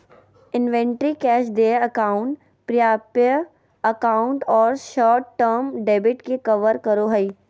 inventory cash देय account प्राप्य account और शॉर्ट टर्म डेब्ट के कवर करो हइ